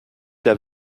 der